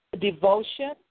devotion